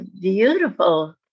beautiful